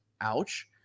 ouch